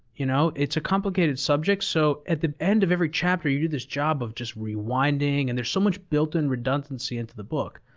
you know? it's a complicated subject, so at the end of every chapter, you do this job of just rewinding, and there's so much built-in redundancy into the book,